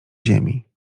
ziemi